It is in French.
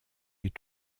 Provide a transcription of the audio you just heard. est